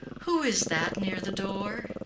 who is that near the door?